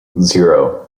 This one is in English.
zero